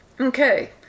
Okay